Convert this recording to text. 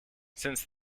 since